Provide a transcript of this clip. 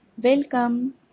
Welcome